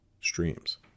streams